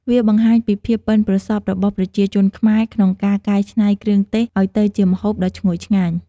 វាបង្ហាញពីភាពប៉ិនប្រសប់របស់ប្រជាជនខ្មែរក្នុងការកែច្នៃគ្រឿងទេសឱ្យទៅជាម្ហូបដ៏ឈ្ងុយឆ្ងាញ់។